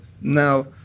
Now